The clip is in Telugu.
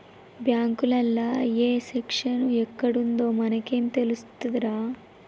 బాంకులల్ల ఏ సెక్షను ఎక్కడుందో మనకేం తెలుస్తదిరా